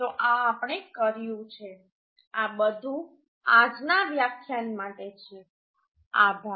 તો આ આપણે કર્યું છે આ બધું આજના વ્યાખ્યાન માટે છે આભાર